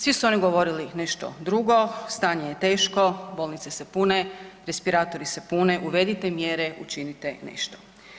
Svi su oni govorili nešto drugo, stanje je teško, bolnice se pune, respiratori se pune uvedite mjere, učinite nešto.